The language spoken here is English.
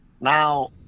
Now